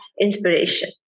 inspiration